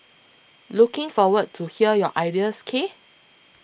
looking forward to hear your ideas K